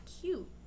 cute